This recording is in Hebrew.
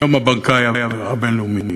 יום הבנקאי הבין-לאומי,